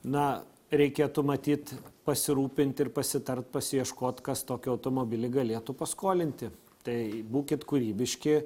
na reikėtų matyt pasirūpint ir pasitart pasiieškot kas tokį automobilį galėtų paskolinti tai būkit kūrybiški